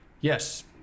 Yes